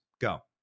Go